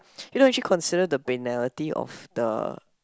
you don't actually consider the banality of the